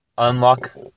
unlock